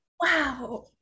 Wow